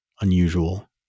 unusual